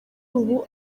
ubu